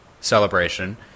celebration